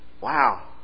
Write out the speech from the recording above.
Wow